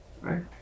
right